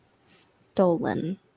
stolen